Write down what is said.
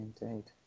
Indeed